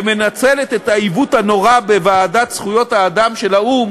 שמנצלת את העיוות הנורא במועצת האו"ם